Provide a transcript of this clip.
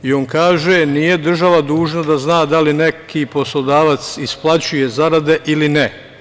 I on kaže - nije država dužna da zna da li neki poslodavac isplaćuje zarade ili ne.